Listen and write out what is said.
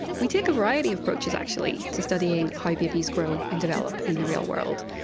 we take a variety of approaches actually to studying how babies grow and develop in the real world.